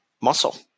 muscle